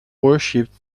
worshipped